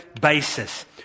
basis